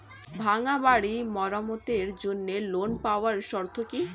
ভাঙ্গা বাড়ি মেরামতের জন্য ঋণ পাওয়ার শর্ত কি?